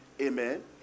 Amen